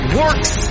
works